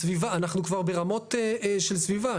הסביבה, אנחנו כבר ברמות של סביבה.